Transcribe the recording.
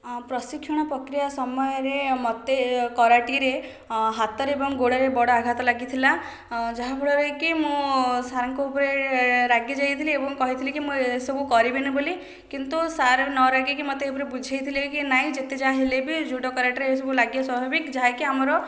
ପ୍ରଶିକ୍ଷଣ ପ୍ରକ୍ରିୟା ସମୟରେ ମୋତେ କରାଟେରେ ହାତରେ ଏବଂ ଗୋଡ଼ରେ ବଡ଼ ଆଘାତ ଲାଗିଥିଲା ଯାହାଫଳରେ କି ମୁଁ ସାର୍ ଙ୍କ ଉପରେ ରାଗିଯାଇଥିଲି ଏବଂ କହିଥିଲି କି ଏସବୁ କରିବିନି ବୋଲି କିନ୍ତୁ ସାର୍ ନ ରାଗିକି ମୋତେ ବୁଝାଇଥିଲେ କି ନାହିଁ ଯେତେ ଯାହାହେଲେ ବି ଜୁଡ଼ୋ କରାଟେରେ ଏସବୁ ଲାଗିବା ସ୍ୱାଭାବିକ ଯାହାକି ଆମର